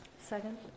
second